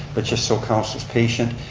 but just so council's patient.